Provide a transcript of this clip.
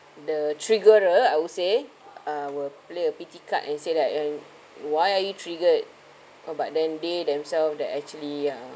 the triggerer I would say uh will play a pity card and say that like why are you triggered uh but then they themselves that actually uh